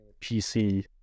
PC